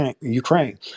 Ukraine